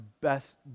best